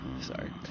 Sorry